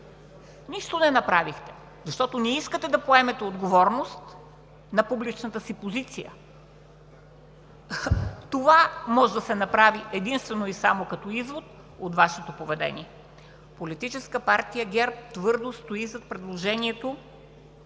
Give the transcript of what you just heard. Нищо не направихте, защото не искате да поемете отговорност за публичната си позиция. Това може да се направи единствено и само като извод от Вашето поведение. Политическа партия ГЕРБ твърдо стои зад предложението,